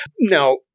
Now –